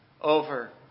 over